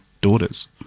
daughters